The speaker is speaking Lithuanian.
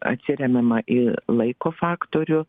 atsiremiama į laiko faktorių